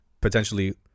potentially